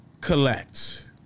Collect